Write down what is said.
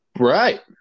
right